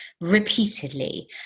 repeatedly